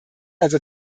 also